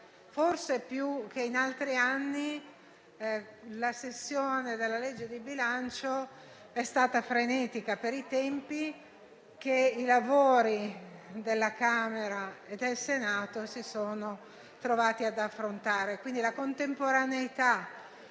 forse più che in altri anni, la sessione di bilancio è stata frenetica, dati i tempi dei lavori che la Camera e il Senato si sono trovati ad affrontare. Quindi, la contemporaneità